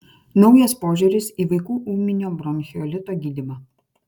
naujas požiūris į vaikų ūminio bronchiolito gydymą